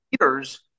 leaders